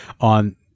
on